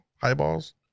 Highballs